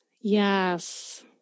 Yes